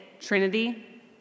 trinity